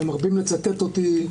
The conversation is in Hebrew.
שמרבים לצטט אותי.